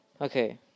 Okay